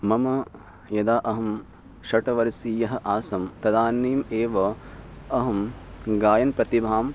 मम यदा अहं षट्वर्षीयः आसं तदानीम् एव अहं गायनप्रतिभाम्